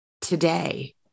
today